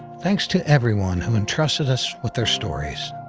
thanks to everyone who entrusted us with their stories.